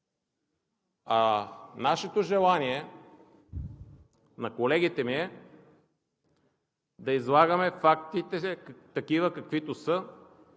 Нашето желание – на колегите ми, е да излагаме фактите такива, каквито са,